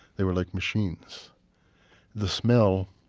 they were like machines the smell